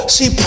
See